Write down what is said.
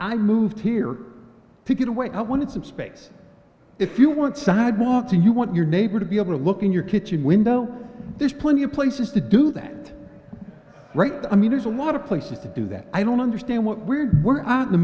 i moved here to get away i wanted some space if you want sidewalks and you want your neighbor to be able to look in your kitchen window there's plenty of places to do that right i mean there's a lot of places to do that i don't understand where we're